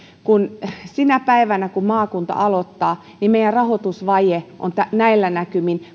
sinä päivänä kun maakunta aloittaa meidän rahoitusvaje on näillä näkymin